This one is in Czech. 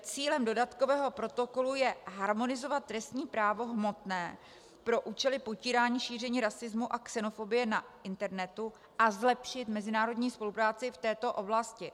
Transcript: Cílem dodatkového protokolu je harmonizovat trestní právo hmotné pro účely potírání šíření rasismu a xenofobie na internetu a zlepšit mezinárodní spolupráci v této oblasti.